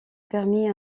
permis